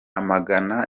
amagana